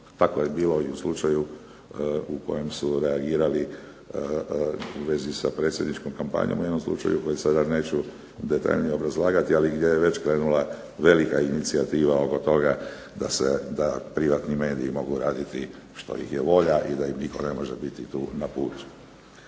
Tako je bilo i u slučaju u kojem su reagirali u vezi sa predsjedničkom kampanjom u jednom slučaju koji sada neću detaljnije obrazlagati, ali gdje je već krenula velika inicijativa oko toga da privatni mediji mogu raditi što ih je volja i da im nitko ne može biti na putu.